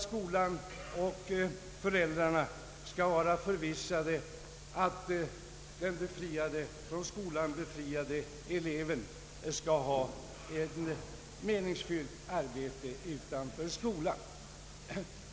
Skolan och föräldrarna skall vara förvissade om att den från skolan befriade eleven har ett meningsfyllt arbete utanför skolan.